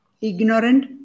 ignorant